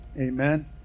Amen